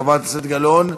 חברת הכנסת גלאון,